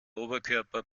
oberkörper